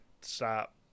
stop